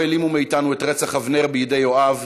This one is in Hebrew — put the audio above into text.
לא העלימו מאיתנו את רצח אבנר בידי יואב,